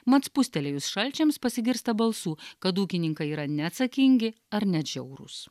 mat spustelėjus šalčiams pasigirsta balsų kad ūkininkai yra neatsakingi ar net žiaurūs